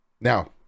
Now